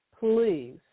please